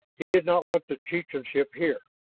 he did not want the chieftainship here.